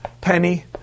Penny